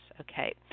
Okay